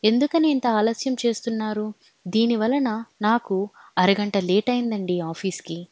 ఎందుకని ఇంత ఆలస్యం చేస్తున్నారు దీని వలన నాకు అరగంట లేట్ అయిందండి ఆఫీస్కి